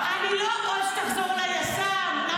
או שתחזור ליס"ם.